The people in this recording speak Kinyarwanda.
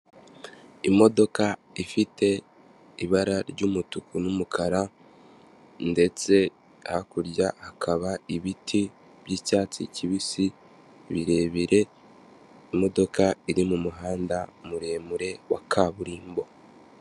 Imodoka ifite ibara ry'umutuku n'umukara ndetse hakurya hakaba ibiti by'icyatsi kibisi birebire. Imodoka iri mu muhanda muremure wa kaburimbo.